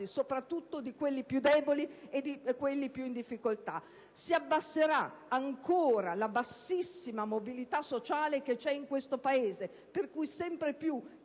soprattutto di quelli più deboli e in difficoltà; si abbasserà ancora la bassissima mobilità sociale che c'è in questo Paese, per cui sempre più